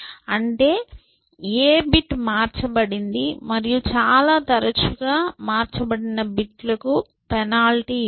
అంటే ఏ బిట్ మార్చబడింది మరియు చాలా తరచుగా మార్చబడిన బిట్లకు పెనాల్టీ ఇవ్వండి